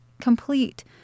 complete